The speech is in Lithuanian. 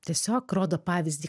tiesiog rodo pavyzdį